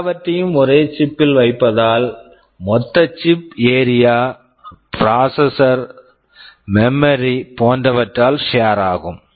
எல்லாவற்றையும் ஒரே சிப்chip பில் வைப்பதால் மொத்த chip area area processor processor memory memory போன்றவற்றால் ஷேர் share ஆகும்